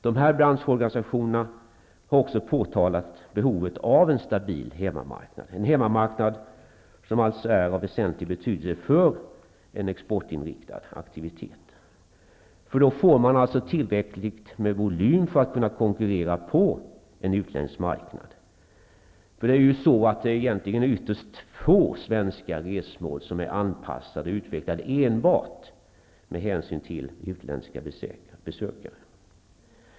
De här branschorganisationerna har också pekat på behovet av en stabil hemmamarknad, vilken alltså är av väsentlig betydelse för en exportinriktad aktivitet. Då blir det tillräcklig volym för konkurrens på en utländsk marknad. Egentligen är det ytterst få svenska resmål som är anpassade och utvecklade enbart med hänsyn till utländska besökare.